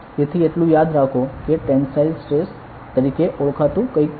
તેથી એટલુ યાદ રાખો કે ટેનસાઇલ સ્ટ્રેસ તરીકે ઓળખાતું કંઈક છે